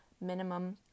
minimum